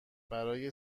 برای